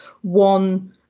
one